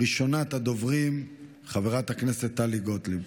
ראשונת הדוברים, חברת הכנסת טלי גוטליב,